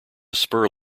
spur